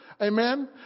Amen